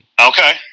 Okay